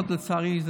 לצערי,